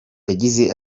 yagize